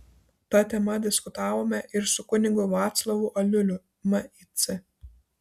ta tema diskutavome ir su kunigu vaclovu aliuliu mic